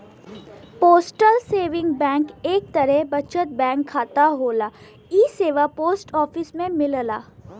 postal saving bank एक तरे बचत बैंक खाता होला इ सेवा पोस्ट ऑफिस में मिलला